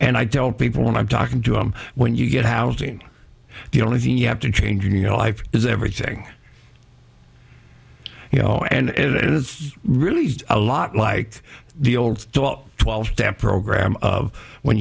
don't people when i'm talking to him when you get housing the only thing you have to change in your life is everything you know and it is really a lot like the old twelve step program of when